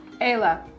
Ayla